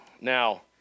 Now